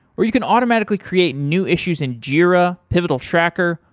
or you can automatically crate new issues in jira, pivotal tracker,